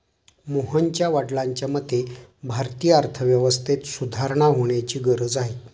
मोहनच्या वडिलांच्या मते, भारतीय अर्थव्यवस्थेत सुधारणा होण्याची गरज आहे